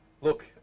Look